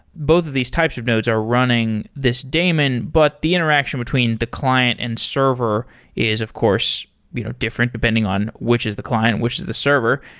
both of these types of nodes are running this daemon, but the interaction between the client and server is of course you know different depending on which is the client and which is the server.